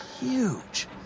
huge